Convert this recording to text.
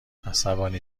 عصبانی